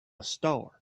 store